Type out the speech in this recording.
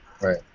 Right